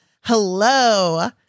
hello